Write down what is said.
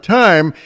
time